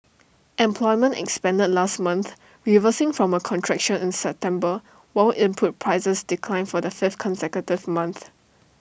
employment expanded last month reversing from A contraction in September while input prices declined for the fifth consecutive month